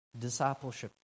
discipleship